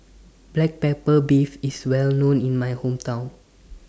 Black Pepper Beef IS Well known in My Hometown